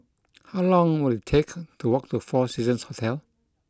How long will it take to walk to Four Seasons Hotel